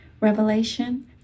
Revelation